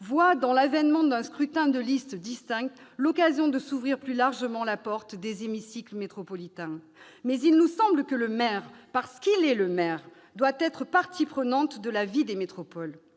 voient dans l'avènement d'un scrutin de liste distinct l'occasion de s'ouvrir plus largement la porte des hémicycles métropolitains. Il nous semble cependant que le maire, parce qu'il est le maire, doit être partie prenante à la vie des métropoles.